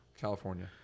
California